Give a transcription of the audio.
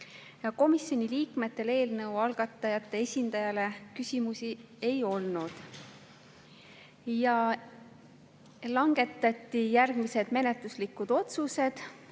Komisjoni liikmetel eelnõu algatajate esindajale küsimusi ei olnud. Langetati järgmised menetluslikud otsused.